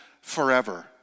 forever